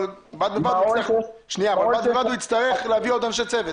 אבל בד בבד הוא הצטרך להביא עוד אנשי צוות.